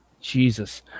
jesus